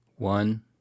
One